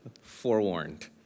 forewarned